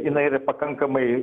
jinai yra pakankamai